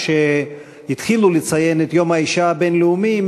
כשהתחילו לציין את יום האישה הבין-לאומי,